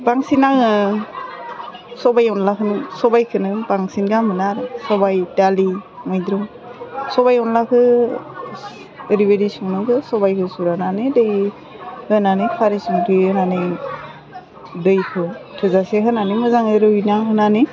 बांसिन आङो सबाइ अनलाखौनो सबाइखौनो बांसिन गाहाम मोनो आरो सबाइ दालि मैद्रु सबाइ अनलाखौ ओरैबायदि संनांगौ सबाइखौ सुनानै दै होनानै खारै संख्रि होनानै दैखौ थोजासे होनानै मोजाङै रुइना होनानै